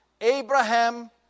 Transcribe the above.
Abraham